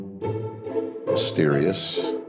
Mysterious